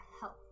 health